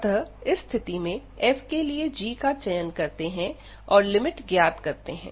अतः इस स्थिति में f के लिए g का चयन करते हैं और लिमिट ज्ञात करते हैं